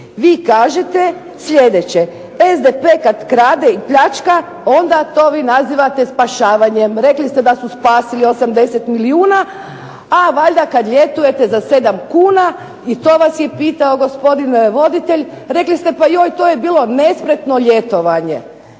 vi kažete sljedeće: "SDP kada krade i pljačka onda to vi nazivate spašavanjem". Rekli ste da su spasili 80 milijuna, a valjda kada ljetujete za 7 kuna i to vas je pitao gospodin voditelj, rekli ste, joj pa to je bilo nespretno ljetovanje.